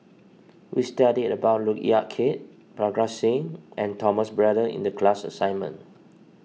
we studied about Look Yan Kit Parga Singh and Thomas Braddell in the class assignment